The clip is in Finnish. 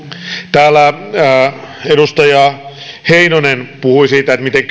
täällä edustaja heinonen puhui siitä miten